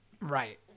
right